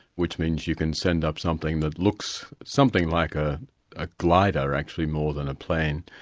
which means you can send up something that looks something like ah a glider actually, more than a plane.